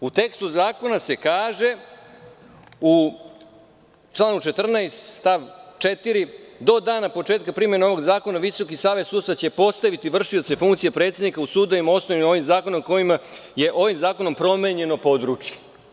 U tekstu zakona se kaže, u članu 14. stav 4. – do dana početka primene ovog zakona, VSS će postaviti vršioce funkcije predsednika u sudovima osnovanim ovim zakonom, kojima je ovim zakonom promenjeno područje.